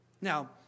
Now